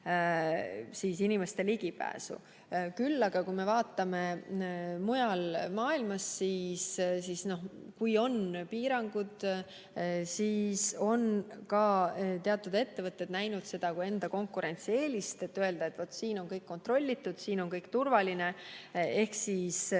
piirata inimeste ligipääsu. Küll aga, kui me vaatame mujal maailmas ringi, näeme, et kui on piirangud, siis on teatud ettevõtted näinud seda kui enda konkurentsieelist, et öelda, et siin on kõik kontrollitud, siin on kõik turvaline. Kindlasti